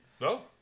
No